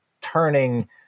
turning